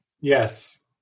Yes